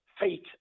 fate